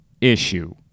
issue